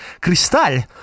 Cristal